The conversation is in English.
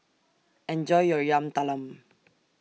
Enjoy your Yam Talam